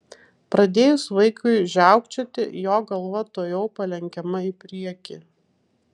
pradėjus vaikui žiaukčioti jo galva tuojau palenkiama į priekį